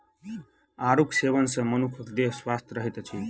आड़ूक सेवन सॅ मनुखक देह स्वस्थ रहैत अछि